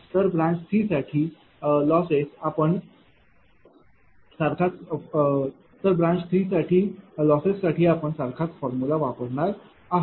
तर ब्रांच 3साठी लॉसेस आपण सारखाच फॉर्मूला वापरणार आहे